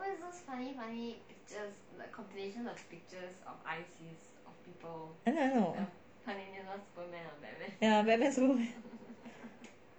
I know I know ya batman superman